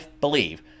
believe